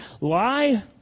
lie